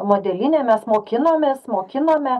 modelinę mes mokinomės mokinome